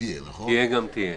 תהיה גם תהיה.